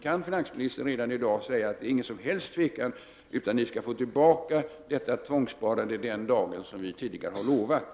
Kan finansministern redan i dag säga att det inte råder någon som helst tvekan om att människor skall få tillbaka dessa tvångssparade pengar den dag som tidigare har utlovats?